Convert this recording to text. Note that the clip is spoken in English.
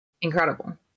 incredible